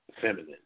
feminine